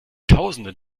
tausenden